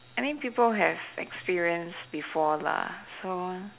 I mean people have experience before lah so